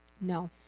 No